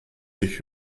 sich